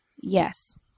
Yes